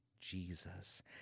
Jesus